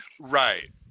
right